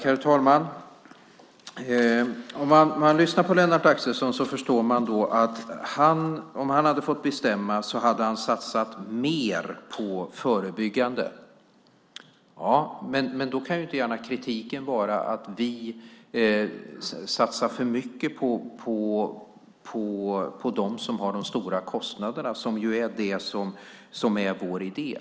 Herr talman! Om man lyssnar på Lennart Axelsson förstår man att om han hade fått bestämma hade han satsat mer på förebyggande tandvård. Ja, men då kan inte gärna kritiken vara att vi satsar för mycket på dem som har de stora kostnaderna, vilket ju är vår idé.